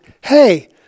hey